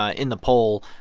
ah in the poll,